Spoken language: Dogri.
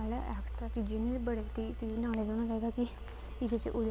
आह्ले एक्सट्रा चीजें दी बड़े तुगी तुगी नालेज होना चाहिदा कि एह्दे च ओह्दे आस्तै ओह् जे